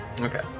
Okay